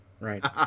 Right